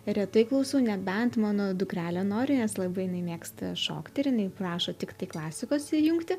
retai klausau nebent mano dukrelė nori nes labai jinai mėgsta šokti ir jinai prašo tiktai klasikos įjungti